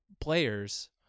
players